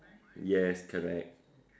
yes correct